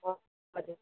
हजुर